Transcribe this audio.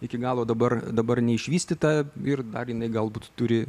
iki galo dabar dabar neišvystyta ir dar jinai galbūt turi